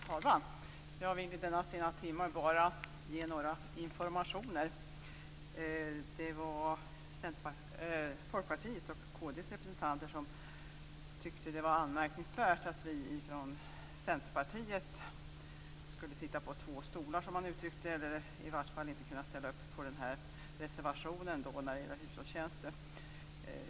Fru talman! Jag vill i denna sena timme bara ge några informationer. Det var Folkpartiets och Kristdemokraternas representanter som tyckte att det var anmärkningsvärt att vi från Centerpartiet skulle sitta på två stolar, som man uttryckte det - eller att vi i varje fall inte skulle kunna ställa upp på den här reservationen om när det gäller hushållstjänster.